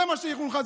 זה מה שהיא חונכה,